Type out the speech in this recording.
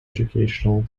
educational